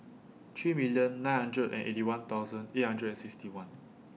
three million nine hundred and Eighty One thousand eight hundred and sixty one